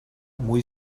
muy